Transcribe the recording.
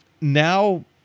now